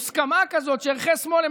אבל מין איזו מוסכמה כזאת שערכי שמאל הם